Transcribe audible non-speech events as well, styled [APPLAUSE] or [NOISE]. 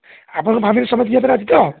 ଆପଣ [UNINTELLIGIBLE] ସମସ୍ତେ ଯିବା ପାଇଁ ରାଜି ତ